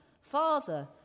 Father